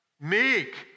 Meek